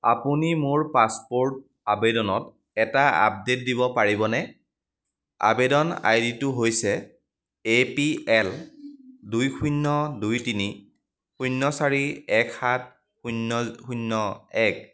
আপুনি মোৰ পাছপোৰ্ট আবেদনত এটা আপডেট দিব পাৰিবনে আবেদন আই ডিটো হৈছে এ পি এল দুই শূন্য দুই তিনি শূন্য চাৰি এক সাত শূন্য শূন্য এক